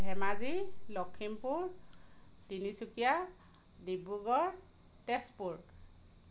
Dhemaji Lakhimpur Tinsukia Dibrugarh Tezpur